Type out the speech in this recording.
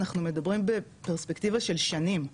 אנחנו מדברים בפרספקטיבה של שנים,